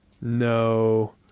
No